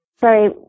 Sorry